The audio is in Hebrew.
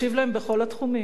ותקשיב להם בכל התחומים,